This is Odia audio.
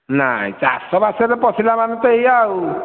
ନାଇଁ ଚାଷବାସରେ ପଶିଲାମାନେ ତ ଏଇୟା ଆଉ